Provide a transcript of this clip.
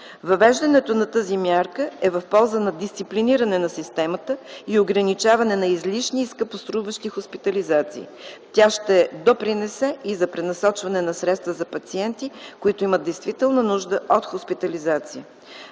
Въвеждането на тази мярка е в полза на дисциплиниране на системата и ограничаване на излишни и скъпоструващи хоспитализации. Тя ще допринесе и за пренасочване на средства за пациенти, които имат действителна нужда от хоспитализация.